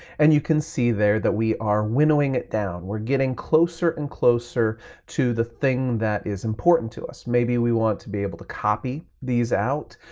and you can see there that we are winnowing it down. we're getting closer and closer to the thing that is important to us. maybe we want to be able to copy these out.